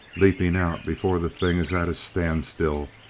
leaping out before the thing is at a standstill,